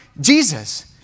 Jesus